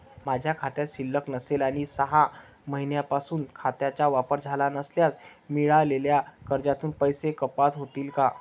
माझ्या खात्यात शिल्लक नसेल आणि सहा महिन्यांपासून खात्याचा वापर झाला नसल्यास मिळालेल्या कर्जातून पैसे कपात होतील का?